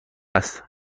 است